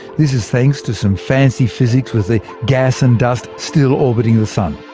this is thanks to some fancy physics with the gas and dust still orbiting the sun.